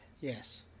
Yes